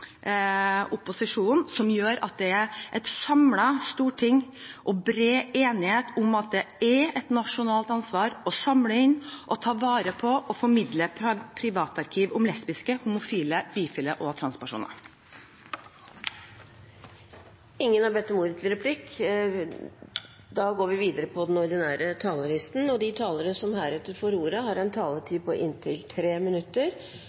opposisjonen, som gjør at det er et samlet storting og bred enighet om at det er et nasjonalt ansvar å samle inn og ta vare på og formidle privatarkiv om lesbiske, homofile, bifile og transpersoner. De talere som heretter får ordet, har en taletid på inntil 3 minutter. Jeg glemte en viktig detalj. Siden SV ikke har